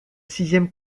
sixième